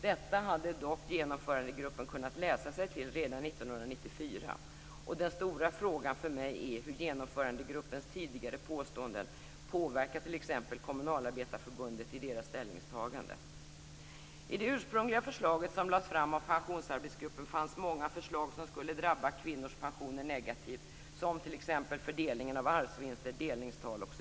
Detta hade dock genomförandegruppen kunnat läsa sig till redan 1994, och den stora frågan för mig är hur genomförandegruppens tidigare påstående påverkat t.ex. I det ursprungliga förslaget som lades fram av pensionsarbetsgruppen fanns många förslag som skulle drabba kvinnors pensioner negativt, t.ex. fördelningen av arvsvinster och delningstal.